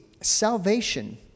salvation